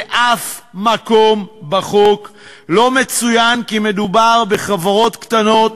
באף מקום בחוק, לא מצוין כי מדובר בחברות קטנות